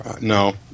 no